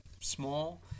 small